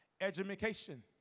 education